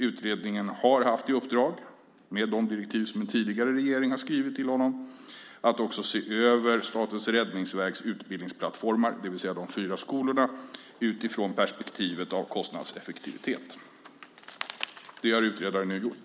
Utredaren har haft i uppdrag, med de direktiv som den tidigare regeringen har skrivit till honom, att också se över Statens räddningsverks utbildningsplattformar, det vill säga de fyra skolorna, utifrån perspektivet kostnadseffektivitet. Det har utredaren nu gjort.